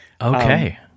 Okay